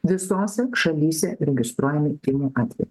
visose šalyse registruojami tymų atvejai